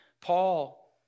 Paul